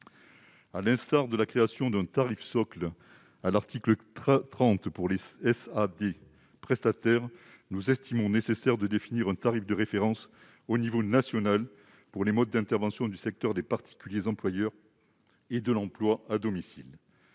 À l'instar de la création d'un tarif socle à l'article 30 pour les services d'aide à domicile prestataires, nous estimons nécessaire de définir un tarif de référence à l'échelon national pour les modes d'intervention du secteur des particuliers employeurs et de l'emploi à domicile.